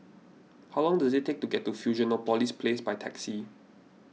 how long does it take to get to Fusionopolis Place by taxi